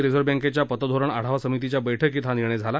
reserve बँकेच्या पतधोरण आढावा समितीच्या बैठकीत हा निर्णय झाला